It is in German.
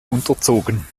unterzogen